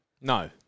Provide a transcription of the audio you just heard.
No